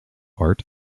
art